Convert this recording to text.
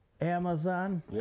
Amazon